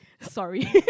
Sorry